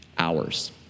hours